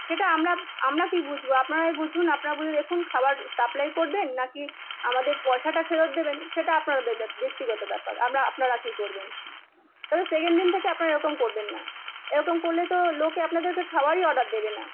সেটা আমরা আমরা কী বুঝব আপনারাই বুঝুন আপনারা বুঝে দেখুন খাবার সাপ্লাই করবেন না কি আমাদের পয়সাটা ফেরত দেবেন সেটা আপনারাদের ব্যা ব্যক্তিগত ব্যাপার আমরা আপনারা কী করবেন তবে সেকেন্ড দিন থেকে আপনারা এরকম করবেন না এরকম করলে তো লোকে আপনাদেরকে খাবারই অর্ডার দেবে না